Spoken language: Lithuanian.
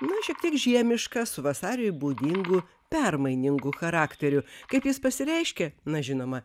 na šiek tiek žiemiška su vasariui būdingu permainingu charakteriu kaip jis pasireiškė na žinoma